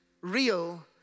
real